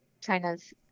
China's